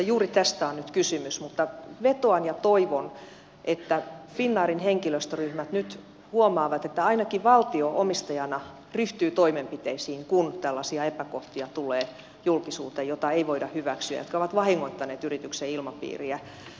juuri tästä on nyt kysymys mutta vetoan ja toivon että finnairin henkilöstöryhmät nyt huomaavat että ainakin valtio omistajana ryhtyy toimenpiteisiin kun julkisuuteen tulee tällaisia epäkohtia joita ei voida hyväksyä jotka ovat vahingoittaneet yrityksen ilmapiiriä